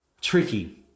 tricky